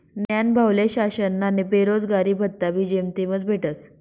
न्हानभाऊले शासनना बेरोजगारी भत्ताबी जेमतेमच भेटस